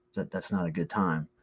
that's not a good time.